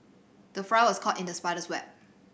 the fly was caught in the spider's web